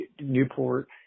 Newport